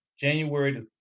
January